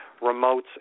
remotes